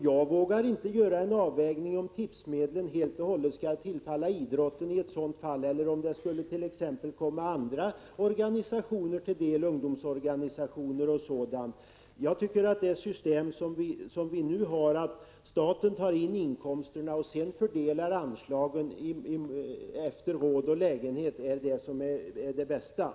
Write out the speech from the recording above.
Jag vågar inte göra avvägningen om tipsmedlen helt och hållet skall tillfalla idrotten eller om dessa medel också skulle komma andra organisationer till del, t.ex. olika ungdomsorganisationer. Det system som vi nu har, nämligen att staten tar in inkomsterna och sedan fördelar anslagen efter råd och lägenhet, är det bästa systemet.